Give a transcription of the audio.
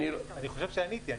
אני חושב שעניתי.